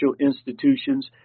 institutions